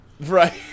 Right